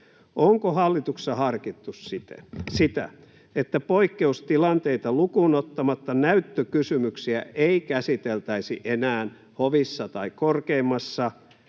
Onko hallituksessa harkittu sitä, että poikkeustilanteita lukuun ottamatta näyttökysymyksiä ei käsiteltäisi enää hovissa tai korkeimmassa